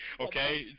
okay